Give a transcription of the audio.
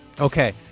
okay